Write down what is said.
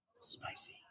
Spicy